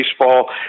baseball